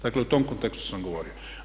Dakle, u tom kontekstu sam govorio.